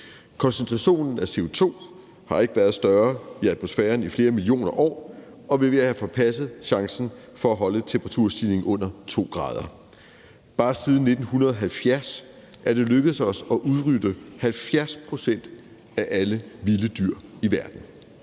Koncentrationen af CO2 har ikke været større i atmosfæren i flere millioner år, og vi er ved at have forpasset chancen for at holde temperaturstigningen på under 2 grader. Bare siden 1970 er det lykkedes os at udrydde 70 pct. af alle vilde dyr i verden